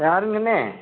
யாருங்கண்ணே